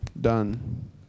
Done